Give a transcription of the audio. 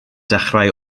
dechrau